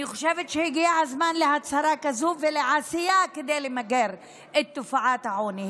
אני חושבת שהגיע הזמן להצהרה כזאת ולעשייה כדי למגר את תופעת העוני.